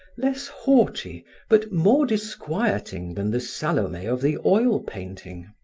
less haughty but more disquieting than the salome of the oil painting.